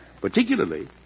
particularly